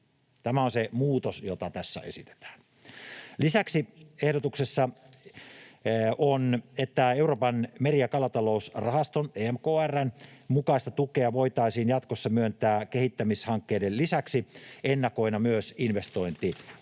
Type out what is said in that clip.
Tämä on se muutos, jota tässä esitetään. Lisäksi ehdotuksessa on, että Euroopan meri- ja kalatalousrahaston EMKR:n mukaista tukea voitaisiin jatkossa myöntää kehittämishankkeiden lisäksi ennakoina myös investointihankkeille.